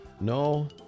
No